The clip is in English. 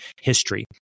history